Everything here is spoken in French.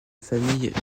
famille